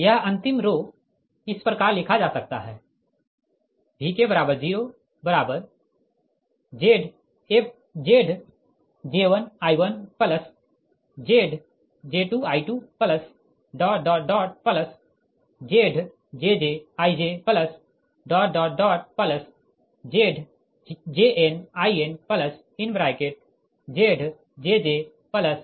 यह अंतिम रो इस प्रकार लिखा जा सकता है Vk0Zj1I1Zj2I2ZjjIjZjnInZjjZbIk ठीक